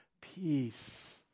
Peace